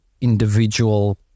individual